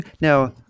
Now